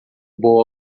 boa